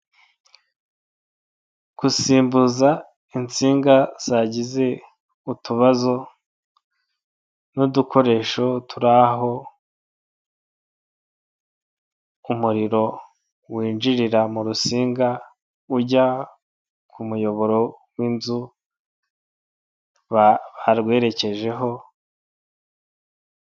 Gusimbuza insinga zagize utubazo n'udukoresho turi aho umuriro winjirira mu rusinga ujya ku muyoboro w'inzu barwerekejeho.